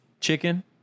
chicken